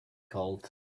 called